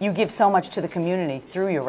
you give so much to the community through your